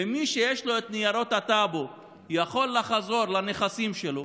ומי שיש לו את ניירות הטאבו יכול לחזור לנכסים שלו,